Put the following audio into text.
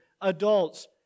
Adults